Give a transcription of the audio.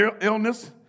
illness